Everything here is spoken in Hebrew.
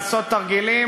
לעשות תרגילים,